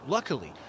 Luckily